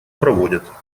проводят